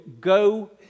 go